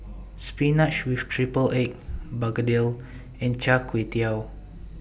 Spinach with Triple Egg Begedil and Char Kway Teow